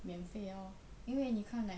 免费 orh 因为你看 like